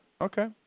Okay